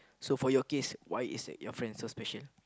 so for your case why is it your friend so special